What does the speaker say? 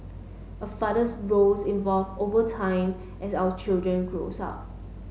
a father's roles evolve over time as our children grows up